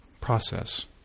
process